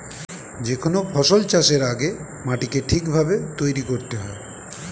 যে কোনো ফসল চাষের আগে মাটিকে ঠিক ভাবে তৈরি করতে হয়